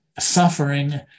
suffering